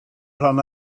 rhan